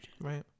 Right